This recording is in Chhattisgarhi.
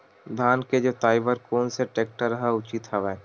धान के जोताई बर कोन से टेक्टर ह उचित हवय?